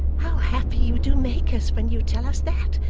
how happy you do make us when you tell us that,